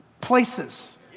places